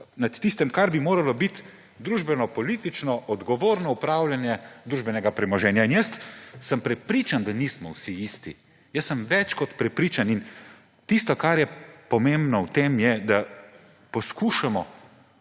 nad tistim, kar bi moralo biti družbenopolitično odgovorno upravljanje družbenega premoženja. In jaz sem prepričan, da nismo vsi isti. Jaz sem več kot prepričan. Tisto, kar je pomembno v tem, je, da poskušamo